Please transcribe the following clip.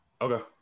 Okay